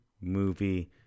movie